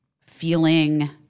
feeling